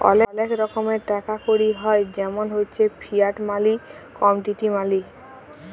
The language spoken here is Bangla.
ওলেক রকমের টাকা কড়ি হ্য় জেমল হচ্যে ফিয়াট মালি, কমডিটি মালি